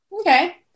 Okay